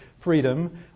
freedom